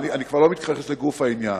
חבר הכנסת אלדד.